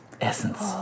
Essence